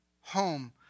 home